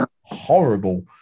horrible